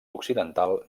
occidental